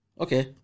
Okay